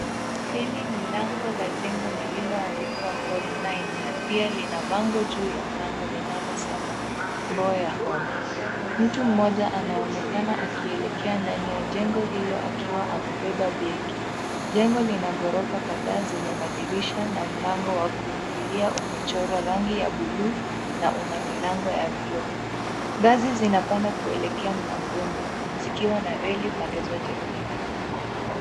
Hili ni lango la jengo lililoandikwa Hall 9 na pia lina bado juu ya mlango inayosema Mboya hall .Mtu mmoja anaonekana akielekea ndani ya jengo hilo akiwa amebeba begi. Jengo lina gorofa kadhaa zenye madirisha na mlango wa kuingilia umechorwa rangi ya blue na una milango ya vioo. Gazi zinapanda kuelekea mlangoni zikiwa na reli pande zote mbili.